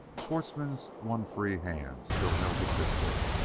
schwartzmann's one free hand still held the pistol.